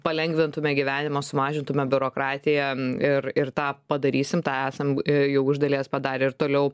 palengvintume gyvenimą sumažintume biurokratiją ir ir tą padarysim tą esam jau iš dalies padarę ir toliau